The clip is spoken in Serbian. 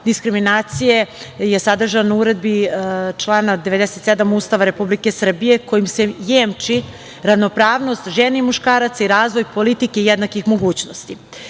diskriminacije, je sadržan u Uredbi člana 97. Ustava Republike Srbije, kojim se jemči ravnopravnost žene i muškaraca i razvoj politike jednakih mogućnosti. Smatram